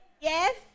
Yes